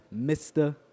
Mr